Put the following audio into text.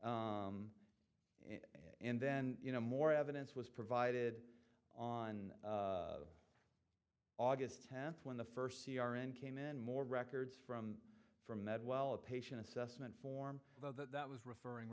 and then you know more evidence was provided on august tenth when the first c r n came in more records from from that well a patient assessment form that was referring